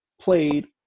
played